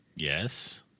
Yes